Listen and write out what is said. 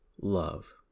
love